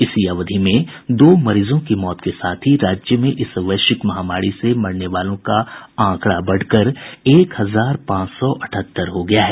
इसी अवधि में दो मरीजों की मौत के साथ ही राज्य में इस वैश्विक महामारी से मरने वालों का आंकड़ा बढ़कर एक हजार पांच सौ अठहत्तर हो गया है